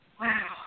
Wow